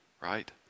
right